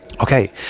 Okay